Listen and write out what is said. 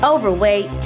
Overweight